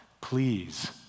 please